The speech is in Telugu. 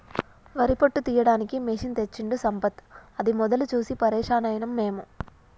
వరి పొట్టు తీయడానికి మెషిన్ తెచ్చిండు సంపత్ అది మొదలు చూసి పరేషాన్ అయినం మేము